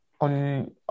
on